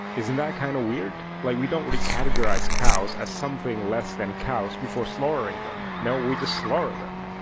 isn't that kind of weird? like we don't recategorize cows as something less than cows before slaughtering them. no, we just slaughter them.